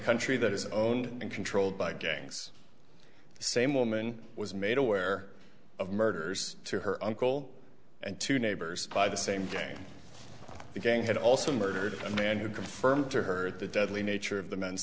country that is owned and controlled by gangs same woman was made aware of murders to her uncle and two neighbors by the same gang the gang had also murdered a man who confirmed to her the deadly nature of the men's